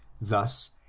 Thus